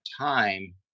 time